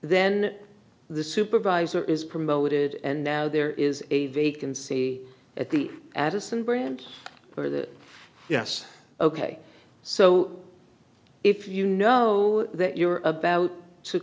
then the supervisor is promoted and now there is a vacancy at the addison branch for the yes ok so if you know that you're about to